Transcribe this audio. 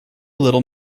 little